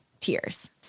tears